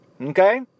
okay